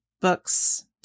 Books